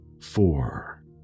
four